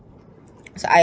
so I